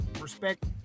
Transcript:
respect